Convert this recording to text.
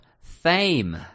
Fame